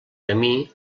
camí